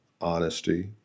honesty